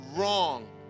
wrong